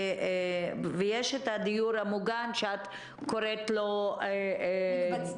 ויש את הדיור המוגן שאת קוראת לו מקבצי